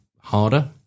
harder